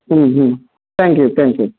ಹ್ಞೂ hmm thank you thank you